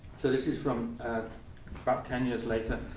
so this is from about ten years later.